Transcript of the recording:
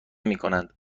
میکنند